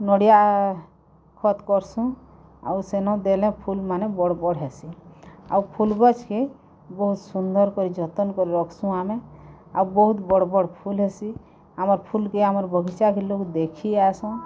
ନଡ଼ିଆ ଖତ୍ କରସୁଁ ଆଉ ସେନ ଦେଲେ ଫୁଲ୍ମାନେ ବଡ଼ ବଡ଼ ହେସି ଆଉ ଫୁଲ୍ ଗଛକେ ବହୁତ୍ ସୁନ୍ଦର କରି ଯତନ୍ କରି ରଖ୍ସୁଁ ଆମେ ଆଉ ବହୁତ୍ ବଡ଼୍ ବଡ଼୍ ଫୁଲ୍ ହେସି ଆମର୍ ଫୁଲ୍କେ ଆମର୍ ବଗିଚାକେ ଲୋକ୍ ଦେଖି ଆଏସନ୍